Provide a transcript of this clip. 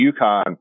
UConn